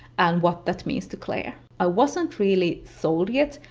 and what that means to claire. i wasn't really sold yet,